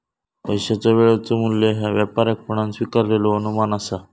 पैशाचा वेळेचो मू्ल्य ह्या व्यापकपणान स्वीकारलेलो अनुमान असा